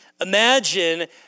Imagine